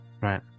Right